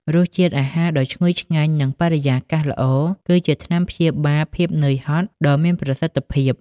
រសជាតិអាហារដ៏ឈ្ងុយឆ្ងាញ់ និងបរិយាកាសល្អ គឺជាថ្នាំព្យាបាលភាពនឿយហត់ដ៏មានប្រសិទ្ធភាព។